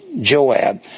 Joab